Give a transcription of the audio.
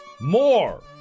more